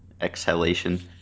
exhalation